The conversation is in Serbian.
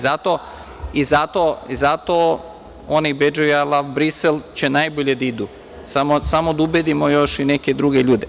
Zato oni bedževi „I love Brisel“ će najbolje da idu, samo da ubedimo još i neke druge ljude.